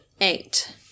eight